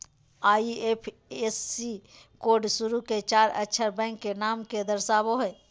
IFSC code शुरू के चार अक्षर बैंक के नाम के दर्शावो हइ